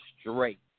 straight